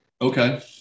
okay